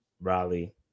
Raleigh